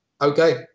okay